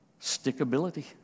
Stickability